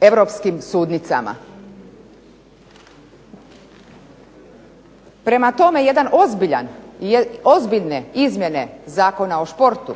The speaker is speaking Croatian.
europskim sudnicama. Prema tome, jedne ozbiljne izmjene Zakona o športu